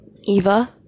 Eva